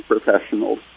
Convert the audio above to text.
professionals